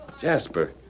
Jasper